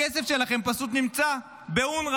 הכסף שלכם פשוט נמצא באונר"א.